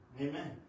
Amen